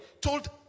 told